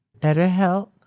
BetterHelp